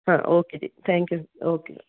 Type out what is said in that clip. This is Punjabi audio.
ਹਾਂ ਓਕੇ ਜੀ ਥੈਂਕ ਯੂ ਓਕੇ